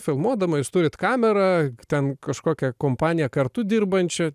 filmuodama jūs turit kamerą ten kažkokią kompaniją kartu dirbančią